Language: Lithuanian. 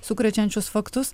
sukrečiančius faktus